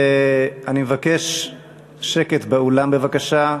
אני מבקש שקט באולם, בבקשה.